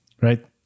Right